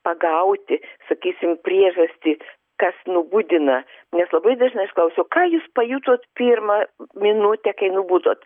pagauti sakysim priežastį kas nubudina nes labai dažnai aš klausiu ką jūs pajutot pirmą minutę kai nubudot